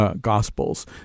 Gospels